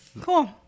Cool